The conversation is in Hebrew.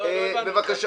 בבקשה.